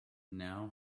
now